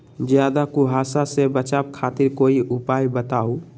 ज्यादा कुहासा से बचाव खातिर कोई उपाय बताऊ?